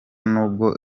n’ubwo